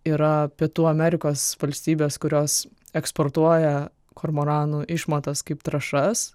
yra pietų amerikos valstybės kurios eksportuoja kormoranų išmatas kaip trąšas